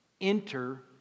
enter